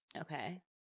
Okay